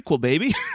baby